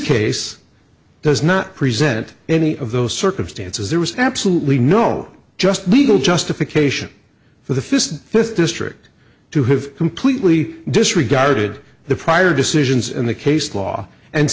case to not present any of those circumstances there was absolutely no just legal justification for the fist fifth district to have completely disregarded the prior decisions in the case law and